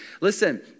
Listen